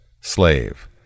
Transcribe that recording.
Slave